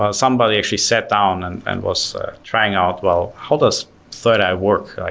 ah somebody actually sat down and and was trying out well, how does thirdeye work?